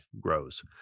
grows